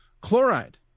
chloride